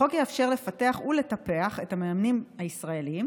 החוק יאפשר לפתח ולטפח את המאמנים הישראלים,